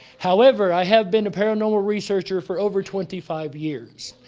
however, i have been a paranormal researcher for over twenty five years.